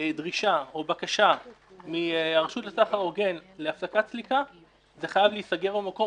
דרישה או בקשה מן הרשות לסחר הוגן להפסקת סליקה זה חייב להיסגר במקום,